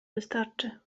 wystarczy